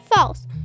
False